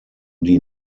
die